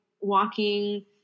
walking